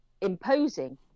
imposing